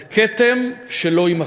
זה כתם שלא יימחה.